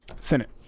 Senate